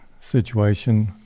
situation